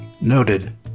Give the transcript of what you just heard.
Noted